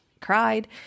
cried